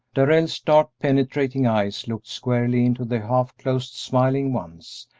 darrell's dark, penetrating eyes looked squarely into the half-closed, smiling ones,